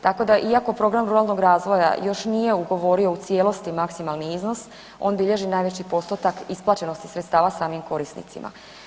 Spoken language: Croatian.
Tako da iako program ruralnog razvoja još nije ugovorio u cijelosti maksimalni iznos, on bilježi najveći postotak isplaćenosti sredstava samim korisnicima.